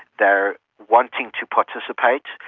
they are wanting to participate,